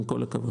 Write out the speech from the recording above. עם כל הכבוד.